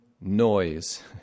noise